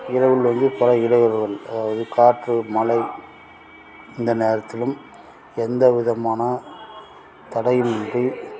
இரவிலேர்ந்து பல இடையூறுகள் அதாவது காற்று மழை இந்த நேரத்திலும் எந்த விதமான தடையின்றி